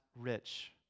rich